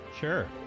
Sure